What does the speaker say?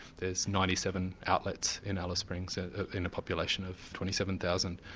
there's ninety seven outlets in alice springs in a population of twenty seven thousand.